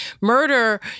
murder